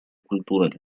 культурами